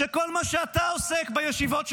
כשכל מה שאתה עוסק בו בישיבות שלך,